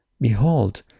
Behold